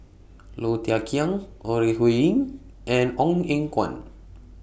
Low Thia Khiang Ore Huiying and Ong Eng Guan